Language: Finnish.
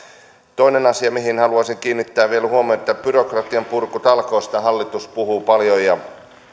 toinen asia mihin haluaisin kiinnittää vielä huomiota byrokratian purkutalkoista hallitus puhuu paljon ja